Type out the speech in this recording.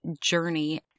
journey